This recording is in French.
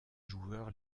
joueurs